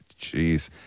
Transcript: Jeez